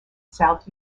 south